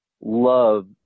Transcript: love